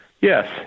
Yes